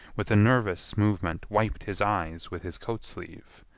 with a nervous movement, wiped his eyes with his coat sleeve.